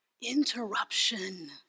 interruption